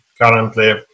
currently